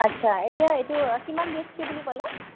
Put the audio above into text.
আচ্ছা এতিয়া এইটো কিমান বিএইচকে বুলি ক'লে